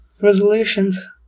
resolutions